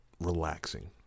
relaxing